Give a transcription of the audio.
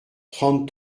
trente